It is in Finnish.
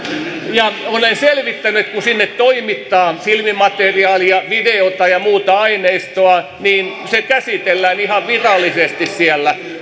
ja olen selvittänyt että kun sinne toimitetaan filmimateriaalia videota ja muuta aineistoa niin se käsitellään ihan virallisesti siellä